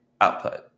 output